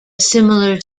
similar